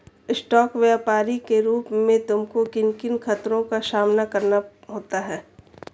Stock व्यापरी के रूप में तुमको किन किन खतरों का सामना करना होता है?